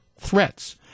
threats